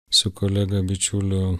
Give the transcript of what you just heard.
su kolega bičiuliu